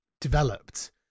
developed